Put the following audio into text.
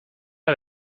are